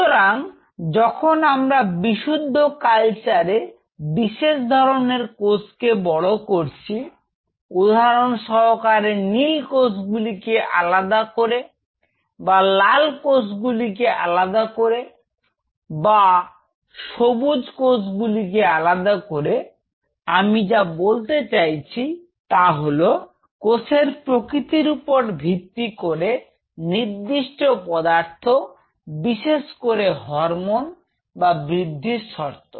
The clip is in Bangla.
সুতরাং যখন আমরা বিশুদ্ধ কালচারে বিশেষ ধরনের কোষকে বড় করছি উদাহরণ সহকারে নীল কোষগুলিকে আলাদা করে বা লাল কোষগুলিকে আলাদা করে বা সবুজ কোষগুলিকে আলাদা করে আমি যা বলতে চাইছি তা হল কোষের প্রকৃতির উপর ভিত্তি করে নির্দিষ্ট পদার্থ বিশেষ করে হরমোন বা বৃদ্ধির শর্ত